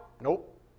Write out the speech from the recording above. Nope